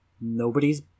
nobody's